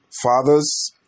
fathers